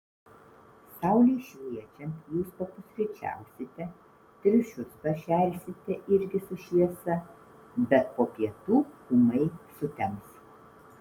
saulei šviečiant jūs papusryčiausite triušius pašersite irgi su šviesa bet po pietų ūmai sutems